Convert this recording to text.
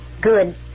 Good